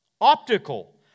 optical